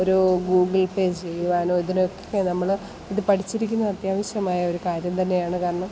ഒരു Google pay ചെയ്യാനോ ഇതിനൊക്കെ നമ്മൾ ഇതു പഠിച്ചിരിക്കുന്നത് അത്യാവശ്യമായൊരു കാര്യം തന്നെയാണു കാരണം